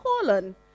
colon